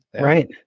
Right